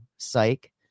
Psych